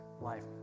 life